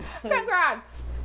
Congrats